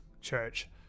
church